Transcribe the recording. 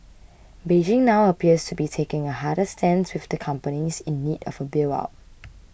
Beijing now appears to be taking a harder stance with the companies in need of a bail out